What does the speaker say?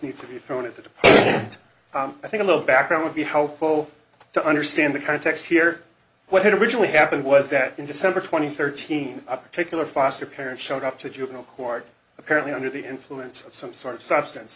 needs to be thrown at the top and i think a little background would be helpful to understand the context here what had originally happened was that in december twenty third teen a particular foster parent showed up to juvenile court apparently under the influence of some sort of substance